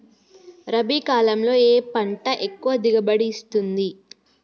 రబీ కాలంలో ఏ పంట ఎక్కువ దిగుబడి ఇస్తుంది?